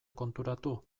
konturatu